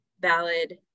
valid